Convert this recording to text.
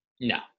No